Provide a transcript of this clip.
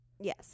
Yes